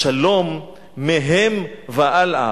השלום מהם והלאה.